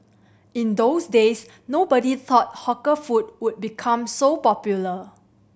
in those days nobody thought hawker food would become so popular